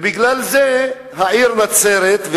בגלל זה העיר נצרת,